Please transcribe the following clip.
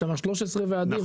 יש שמה 13 ועדים,